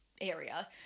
area